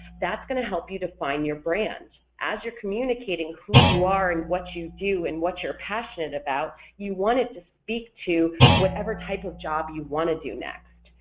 that's going to help you define your brand, as you're communicating who you are and what you do and what you're passionate about, you want it to speak to whatever type of job you want to do next.